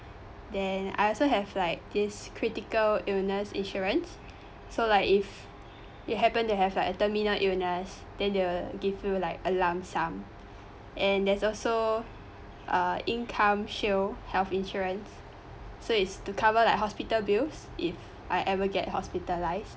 then I also have like this critical illness insurance so like if you happen to have like a terminal illness then they will give you like a lump sum and there's also uh incomeshield health insurance so is to cover like hospital bills if I ever get hospitalised